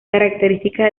características